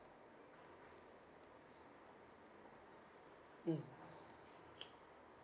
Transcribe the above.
mm